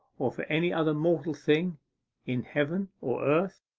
or for any other mortal thing in heaven or earth